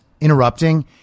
interrupting